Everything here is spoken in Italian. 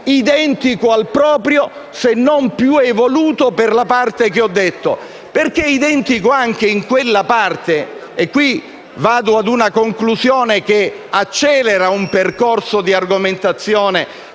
identico al proprio, se non più evoluto per la parte che ho detto. È identico anche in quella parte - e qui vado ad una conclusione che accelera un percorso di argomentazione